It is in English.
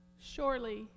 surely